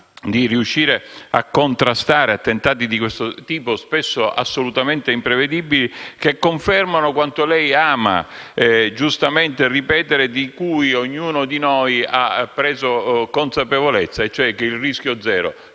di riuscire a contrastare attentati di questo tipo, spesso assolutamente imprevedibili, che confermano quanto lei ama giustamente ripetere e di cui ognuno di noi ha preso consapevolezza, e cioè che il rischio zero